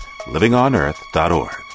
livingonearth.org